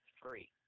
free